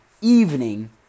evening